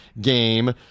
game